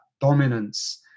dominance